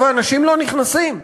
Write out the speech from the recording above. ואנשים לא נכנסים.